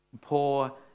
poor